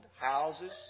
houses